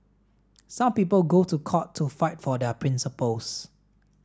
some people go to court to fight for their principles